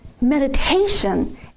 Meditation